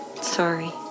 Sorry